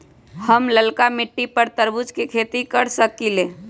हम लालका मिट्टी पर तरबूज के खेती कर सकीले?